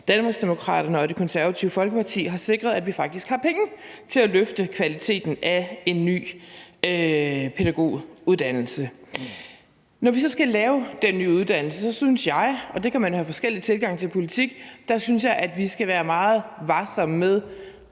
Danmarksdemokraterne og Det Konservative Folkeparti har sikret, at vi faktisk har penge til at løfte kvaliteten af en ny pædagoguddannelse. Når vi så skal lave den nye uddannelse, synes jeg – og det kan man have forskellige tilgange til i politik – at vi skal være meget varsomme og